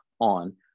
on